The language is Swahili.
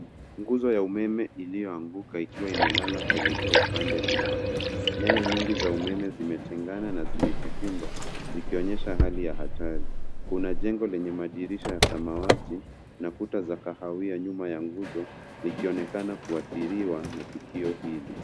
Nguzo ya umeme iliyoanguka ikiwa imelala kuelekea upande mmoja. Nyaya nyingi za umeme zimetengana na zimejipinda zikionyesha hali ya hatari. Kuna jengo lenye madirisha ya samawati na kuta za kahawia nyuma ya nguzo ikionekana kuhathiriwa na tukio hili.